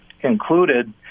included